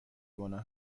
گناه